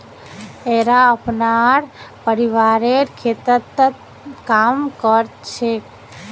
येरा अपनार परिवारेर खेततत् काम कर छेक